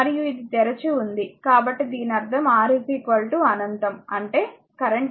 మరియు ఇది తెరిచి ఉంది కాబట్టి దీని అర్థం R అనంతం అంటే కరెంట్ 0